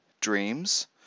dreams